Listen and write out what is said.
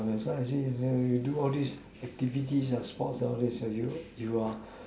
uh that's why I say you do all these activities or sports all these are you you are